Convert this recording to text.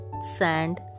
sand